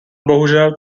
bohužel